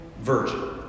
virgin